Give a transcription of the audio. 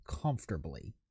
comfortably